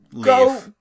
go-